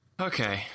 Okay